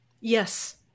Yes